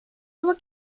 nur